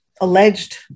alleged